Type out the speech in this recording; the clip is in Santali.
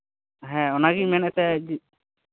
ᱦᱮᱸ ᱚᱱᱟᱜᱤᱧ ᱢᱮᱱ ᱮᱫ ᱛᱟᱸᱦᱮᱱ